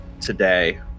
today